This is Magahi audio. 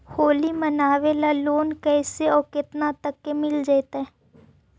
होली मनाबे ल लोन कैसे औ केतना तक के मिल जैतै?